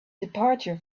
departure